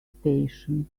station